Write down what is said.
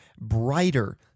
brighter